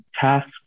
task